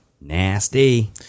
Nasty